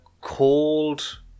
called